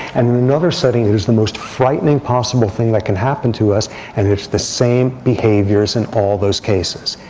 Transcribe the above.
and in another setting, it is the most frightening possible thing that can happen to us. and it's the same behaviors in all those cases.